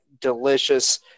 delicious